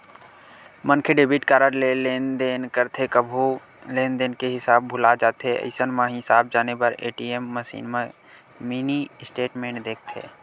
मनखे debit card ले लेनदेन करथे कभू लेनदेन के हिसाब भूला जाथे अइसन म हिसाब जाने बर ए.टी.एम मसीन म मिनी स्टेटमेंट देखथे